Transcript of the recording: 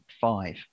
five